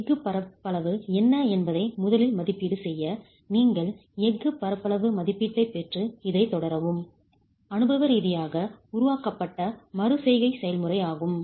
எஃகின் பரப்பளவு என்ன என்பதை முதலில் மதிப்பீடு செய்ய நீங்கள் எஃகு பரப்பளவு மதிப்பீட்டைப் பெற்று இதைத் தொடரவும் அனுபவ ரீதியாக உருவாக்கப்பட்ட மறு செய்கை செயல்முறை ஆகும்